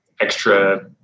extra